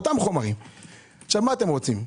מה אתם רוצים?